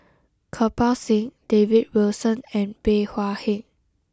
Kirpal Singh David Wilson and Bey Hua Heng